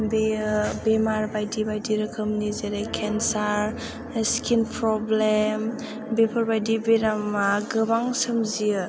बेयो बेमार बायदि रोखोमनि जेरै केनसार स्किन प्रब्लेम बेफोरबायदि बेरामा गोबां सोमजियो